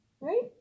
right